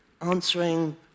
answering